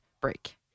break